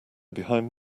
behind